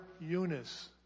Eunice